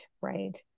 right